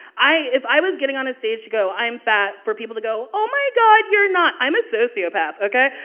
i if i was getting on a stage to go, i'm fat, for people to go, go, oh, my god, you're not, i'm a sociopath, ok?